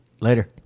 Later